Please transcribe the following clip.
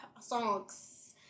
songs